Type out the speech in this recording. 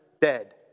dead